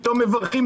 פתאום מברכים,